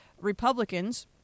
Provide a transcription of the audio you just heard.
Republicans